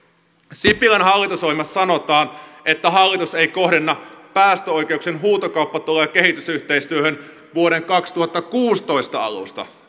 sipilän hallitusohjelmassa sanotaan että hallitus ei kohdenna päästöoikeuksien huutokauppatuloja kehitysyhteistyöhön vuoden kaksituhattakuusitoista alusta